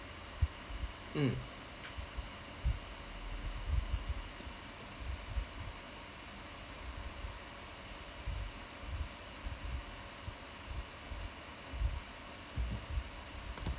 mm